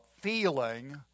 feeling